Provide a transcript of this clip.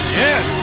yes